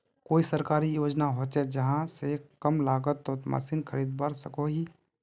कोई सरकारी योजना होचे जहा से कम लागत तोत मशीन खरीदवार सकोहो ही?